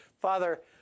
Father